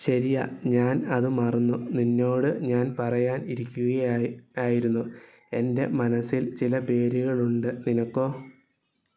ശരിയാ ഞാൻ അത് മറന്നു നിന്നോട് ഞാൻ പറയാൻ ഇരിക്കുക ആയിരുന്നു എന്റെ മനസ്സിൽ ചില പേരുകളുണ്ട് നിനക്കോ